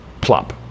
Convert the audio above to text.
plop